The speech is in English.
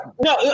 no